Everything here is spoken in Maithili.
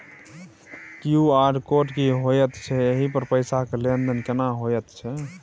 क्यू.आर कोड की होयत छै एहि पर पैसा के लेन देन केना होयत छै?